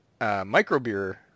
microbeer